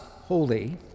holy